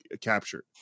captured